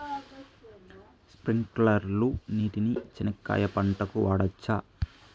స్ప్రింక్లర్లు నీళ్ళని చెనక్కాయ పంట కు వాడవచ్చా?